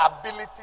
ability